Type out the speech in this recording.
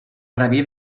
rabí